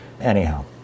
anyhow